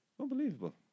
unbelievable